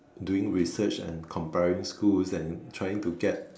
doing research and comparing schools and trying to get